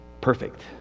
perfect